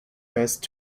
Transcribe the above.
best